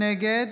נגד